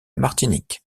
martinique